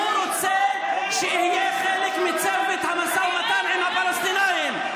הוא רוצה שאהיה חלק מצוות המשא ומתן עם הפלסטינים.